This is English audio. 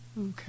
Okay